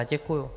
Děkuju.